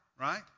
right